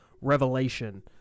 Revelation